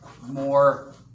more